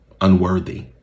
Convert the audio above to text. unworthy